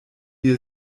wir